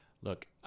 look